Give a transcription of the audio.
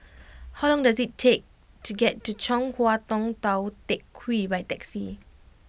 how long does it take to get to Chong Hua Tong Tou Teck Hwee by taxi